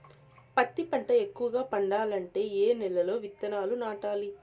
పత్తి పంట ఎక్కువగా పండాలంటే ఏ నెల లో విత్తనాలు నాటాలి?